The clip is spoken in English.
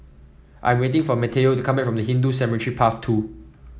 I'm waiting for Matteo to come back from Hindu Cemetery Path Two